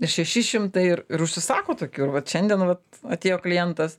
ir šeši šimtai ir ir užsisako tokių ir vat šiandien vat atėjo klientas